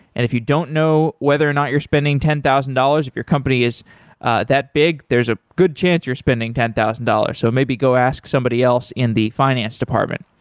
if you don't know whether or not you're spending ten thousand dollars, if your company is that big, there's a good chance you're spending ten thousand dollars. so maybe go ask somebody else in the finance department.